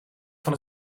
van